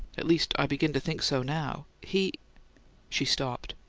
at least i begin to think so now. he she stopped.